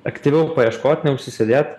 aktyviau paieškot neužsisėdėt